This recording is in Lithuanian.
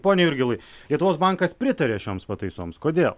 pone jurgilai lietuvos bankas pritarė šioms pataisoms kodėl